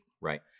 Right